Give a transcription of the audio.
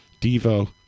Devo